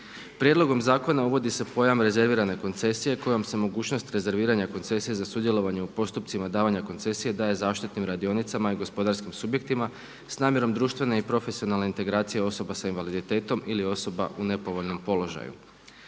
Prijedlogom zakona uvodi se pojam rezervirane koncesije kojom se mogućnost rezerviranja koncesije za sudjelovanje u postupcima davanja koncesije daje zaštitnim radionicama i gospodarskim subjektima s namjerom društvene i profesionalne integracije osoba s invaliditetom ili osoba u nepovoljnom položaju.